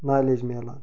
knowledge مِلان